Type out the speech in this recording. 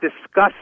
discuss